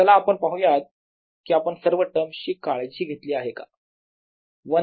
चला आपण पाहूयात की आपण सर्व टर्म्स ची काळजी घेतली आहे का